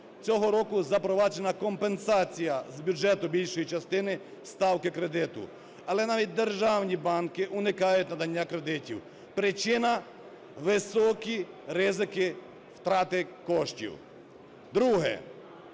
Цього року запроваджена компенсація з бюджету більшої частини ставки кредиту. Але навіть державні банки уникають надання кредитів, причина – високі ризики втрати коштів.